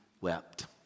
wept